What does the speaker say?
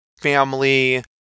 family